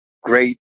great